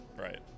Right